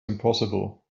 impossible